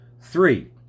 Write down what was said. Three